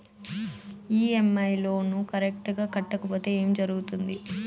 EMI loan correct గా కట్టకపోతే ఏం జరుగుతుంది